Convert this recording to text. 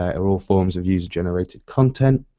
and all forms of user generated content.